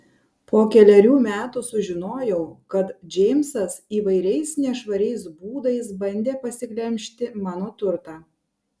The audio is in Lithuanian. po kelerių metų sužinojau kad džeimsas įvairiais nešvariais būdais bandė pasiglemžti mano turtą